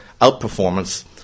outperformance